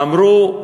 ואמרו: